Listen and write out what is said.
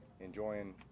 enjoying